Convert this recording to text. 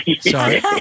Sorry